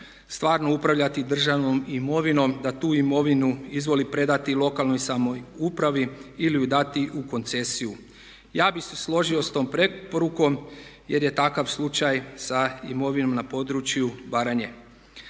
stvarno upravljati državnom imovinom da tu imovinu izvoli predati lokalnoj samoupravi ili ju dati u koncesiju. Ja bih se složio s tom preporukom jer je takav slučaj sa imovinom na području Baranje.